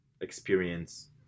experience